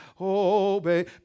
obey